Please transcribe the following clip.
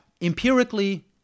empirically